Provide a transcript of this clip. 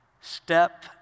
step